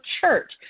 church